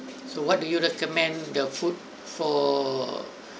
so what do you recommend the food for